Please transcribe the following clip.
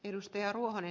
edustajainhuone